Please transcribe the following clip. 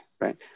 right